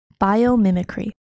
Biomimicry